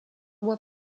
mois